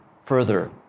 further